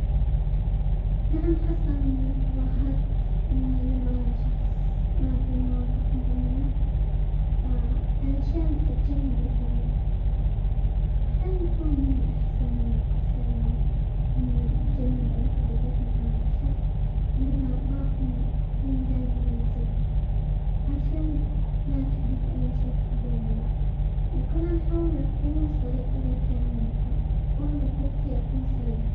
نعم حصل اني تظاهرت اني لم ارى شخص ما في مواقف معينة علشان اتجنب الحديث، احيانا نكون من الاحسن ومن الاسهل انني اتجنب المحادثات مع الشخص عندما ما اكون في مزاج مناسب، عشان ما تحدث اي مشاكل بيننا، وكمان حولك كن صريح اذا كان ممكن واغلب وقتي اكون صريحة.